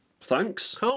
Thanks